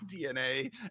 DNA